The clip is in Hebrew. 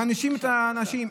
מענישים את האנשים.